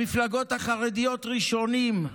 המפלגות החרדיות ראשונות.